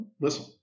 listen